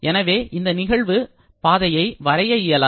எனவே இந்த நிகழ்வு பாதையை வரைய இயலாது